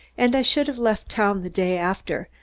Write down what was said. and i should have left town the day after,